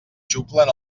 xuclen